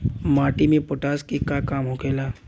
माटी में पोटाश के का काम होखेला?